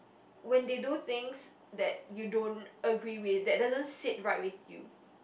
when they do things that you don't agree with that doesn't sit right with you